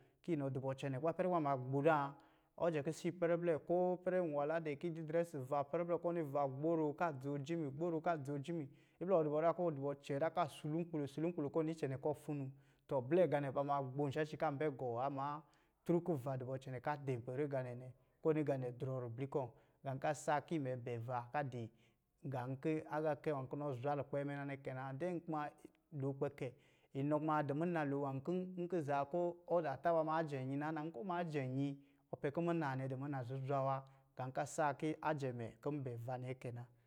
Ki nɔ du bɔ cɛnɛ wa ipɛrɛ kuba ma gbo zan, ɔjɛ kisi ipɛrɛ blɛ ko iprɛvɛ nwala dɛ kiyi didrɛ si va ipɛrɛ blɛ ko ni va gboro ka dzoo jimi, gboro ka dzoo jimi, iblɛ ɔ du bɔ zan, kɔ du bɔ cɛɛ zan ka sulu nkpi lo sulu nkpilo kɔ ni icɛnɛ kɔ funu, tɔ blɛ gā nɛ, ba ma gbo sha shi kan bɛ gɔɔ wa, amma, tun kɔ va di bɔ cɛnɛ ka dɛpɛrɛ ganɛ nɛ, ko ni ga nɛ drɔɔ ribli kɔ̄. Gā ka saa ki mɛ bɛ va kadi gā ki agaakɛ wa ki nɔ zwa lukpɛ ayɛ mɛ nɛ kɛ na. kuma lo kpɛ kɛ, inɔ kuma a di muna lo nwā kɔ̄ nki zan kɔ ɔza taba maa jɛ nyi na na. Nkɔ maa jɛ nyi, ɔ pɛ kɔ̄ muna nwa nɛ a dɔ muna zuzwa wa. Gā ka saa ka jɛ mɛ bɛ va nɛɛ kɛ na.